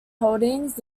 holdings